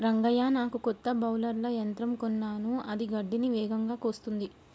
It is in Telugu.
రంగయ్య నాకు కొత్త బౌలర్ల యంత్రం కొన్నాను అది గడ్డిని వేగంగా కోస్తుంది